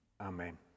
Amen